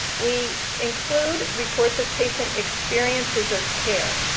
we include reports of patient experiences of care.